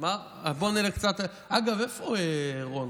אגב, איפה רון?